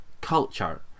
culture